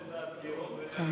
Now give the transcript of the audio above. לגנות את הפגיעות ואת הפיגועים.